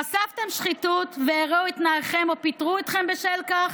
חשפתם שחיתות והרעו את תנאיכם או פיטרו אתכם בשל כך?